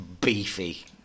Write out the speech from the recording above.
beefy